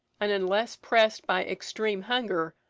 and, unless pressed by extreme hunger,